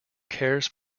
cares